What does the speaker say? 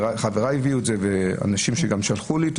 וחבריי הביאו את זה והיו אנשים שגם שלחו לי את